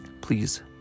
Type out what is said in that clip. Please